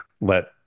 let